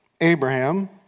Abraham